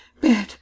bed